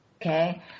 okay